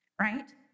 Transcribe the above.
right